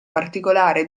particolare